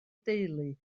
deulu